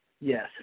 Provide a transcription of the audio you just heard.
yes